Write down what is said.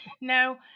No